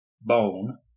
Bone